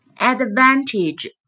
Advantage